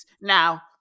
now